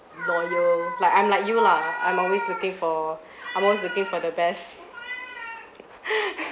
loyal like I'm like you lah I'm always looking for I'm always looking for the best